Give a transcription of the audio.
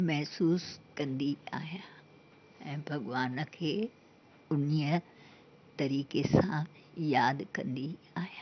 महसूस कंदी आहियां ऐं भॻिवान खे उन तरीक़े सां यादि कंदी आहियां